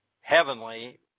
heavenly